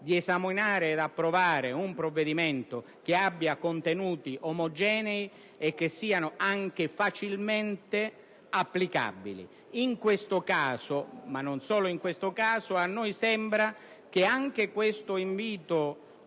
di esaminare ed approvare un provvedimento che abbia contenuti omogenei e facilmente applicabili. In questo caso, ma non solo in questo, a noi sembra che l'invito